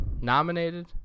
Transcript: nominated